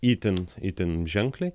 itin itin ženkliai